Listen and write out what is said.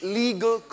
legal